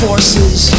Forces